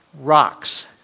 rocks